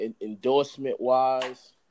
endorsement-wise